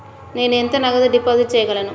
నేను ఎంత నగదు డిపాజిట్ చేయగలను?